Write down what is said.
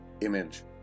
image